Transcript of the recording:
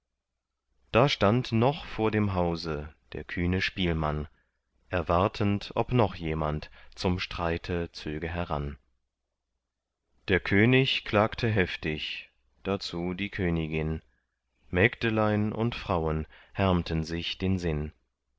da stand noch vor dem hause der kühne spielmann erwartend ob noch jemand zum streite zöge heran der könig klagte heftig dazu die königin mägdelein und frauen härmten sich den sinn